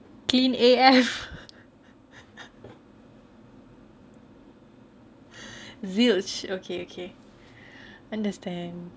clean A F zilch okay okay understand